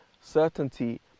certainty